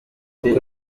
arimo